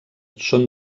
són